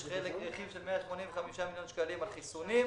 יש חלק יחיד של 185 מיליון שקלים על חיסונים,